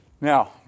Now